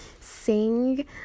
sing